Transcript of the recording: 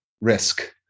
risk